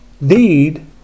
need